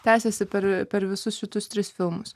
tęsėsi per per visus šitus tris filmus